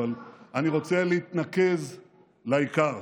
אבל אני רוצה להתנקז לעיקר.